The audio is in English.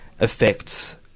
affects